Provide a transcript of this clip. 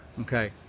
Okay